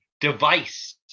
device